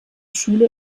schule